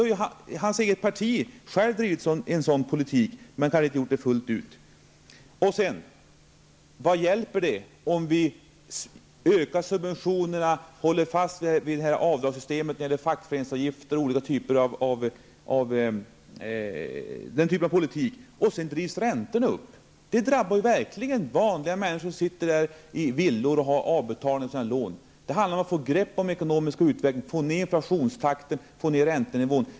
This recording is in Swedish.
Hans Gustafssons eget parti har ju drivit en sådan politik, även om man inte har gjort det fullt ut. Vad hjälper det med ökade subventioner och att hålla fast vid avdraget för fackföreningsavgiften m.m. om räntorna drivs upp? Det drabbar verkligen s.k. vanliga människor som har villor och får göra avbetalningar på sina lån samt betala räntor. Nej, det handlar om att få grepp om den ekonomiska utvecklingen och få ned inflationstakten och räntenivån.